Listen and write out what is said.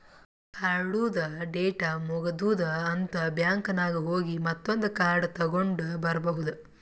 ಕಾರ್ಡ್ದು ಡೇಟ್ ಮುಗದೂದ್ ಅಂತ್ ಬ್ಯಾಂಕ್ ನಾಗ್ ಹೋಗಿ ಮತ್ತೊಂದ್ ಕಾರ್ಡ್ ತಗೊಂಡ್ ಬರ್ಬಹುದ್